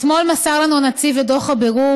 אתמול מסר לנו הנציב את דוח הבירור,